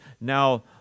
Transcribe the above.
Now